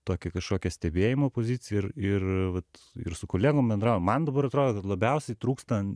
tokį kažkokią stebėjimo poziciją ir ir vat ir su kolegom bendraujam man dabar atrodo labiausiai trūksta